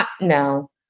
No